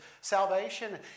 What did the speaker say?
salvation